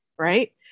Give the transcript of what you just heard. Right